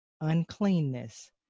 uncleanness